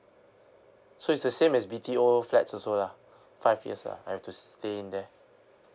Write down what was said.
so it's the same as B_T_O flats also lah five years lah I have to stay in there